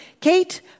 Kate